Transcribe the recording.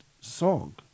song